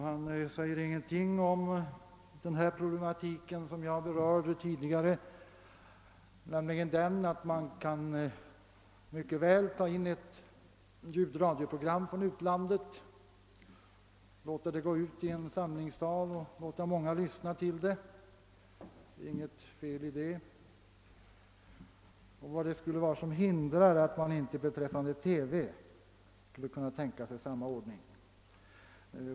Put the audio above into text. Han säger inget om den av mig tidigare berörda problematiken, nämligen att man mycket väl skulle kunna ta in ett ljudradioprogram från utlandet och sända ut det i en samlingssal, där ett antal personer kan få lyssna till det. Det är ju inget felaktigt i detta. Utbildningsministern säger inte heller något om vad som skulle hindra en motsvarande ordning beträffande TV.